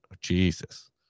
Jesus